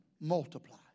multiply